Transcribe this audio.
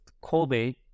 Kobe